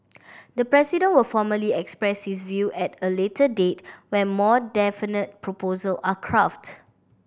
the President will formally express view at a later date when more definite proposals are crafted